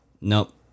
Nope